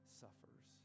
suffers